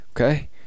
okay